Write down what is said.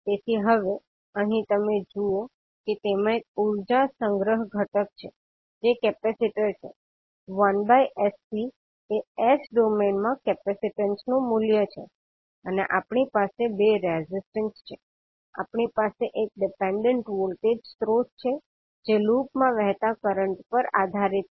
તેથી હવે અહીં તમે જુઓ કે તેમાં એક ઉર્જા સંગ્રહ ઘટક છે જે કેપેસિટર છે 1𝑠𝐶 એ s ડોમેઈન માં કેપેસીટનસ નું મૂલ્ય છે અને આપણી પાસે 2 રેઝિસ્ટન્સ છે આપણી પાસે એક ડિપેંડેંટ વોલ્ટેજ સ્ત્રોત છે જે લૂપ માં વહેતા કરંટ પર આધારિત છે